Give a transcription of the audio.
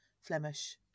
Flemish